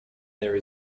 there